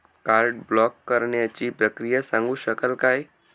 Card block करण्याची प्रक्रिया सांगू शकाल काय?